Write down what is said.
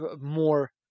more